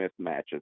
mismatches